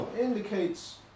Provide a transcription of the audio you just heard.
Indicates